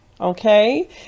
Okay